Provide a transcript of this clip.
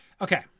Okay